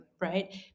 right